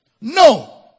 No